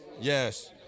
Yes